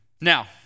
Now